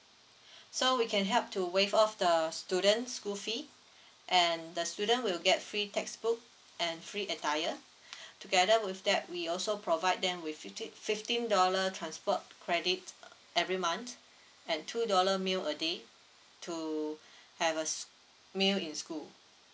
so we can help to waive off the student's school fee and the student will get free textbook and free attire together with that we also provide them with fifty fifteen dollar transport credit uh every month and two dollar meal a day to have a s~ meal in school